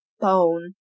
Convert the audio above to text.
bone